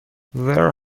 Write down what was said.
there